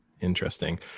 interesting